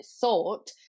thought